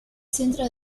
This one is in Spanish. centro